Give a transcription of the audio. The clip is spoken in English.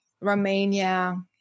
Romania